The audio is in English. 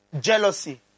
Jealousy